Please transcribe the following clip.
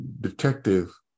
detective